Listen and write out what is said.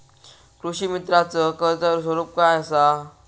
कृषीमित्राच कर्ज स्वरूप काय असा?